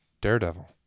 Daredevil